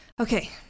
Okay